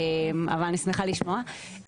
אבל אני שמחה לשמוע.